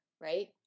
right